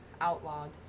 outlawed